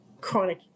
chronic